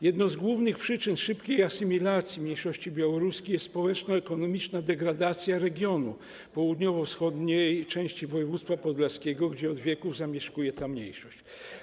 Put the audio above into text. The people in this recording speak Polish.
Jedną z głównych przyczyn szybkiej asymilacji mniejszości białoruskiej jest społeczno-ekonomiczna degradacja regionu południowo-wschodniej części województwa podlaskiego, gdzie od wieków zamieszkuje ta mniejszość.